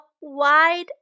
wide